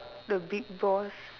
the big boss